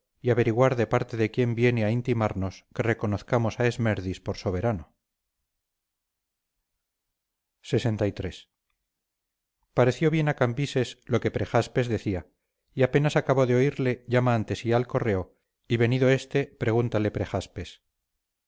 y averiguar de parte de quién viene a intimarnos que reconozcamos a esmerdis por soberano lxiii pareció bien a cambises lo que prejaspes decía y apenas acabó de oirle llama ante sí al correo y venido éste pregúntale prejaspes